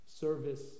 service